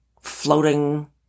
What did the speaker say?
floating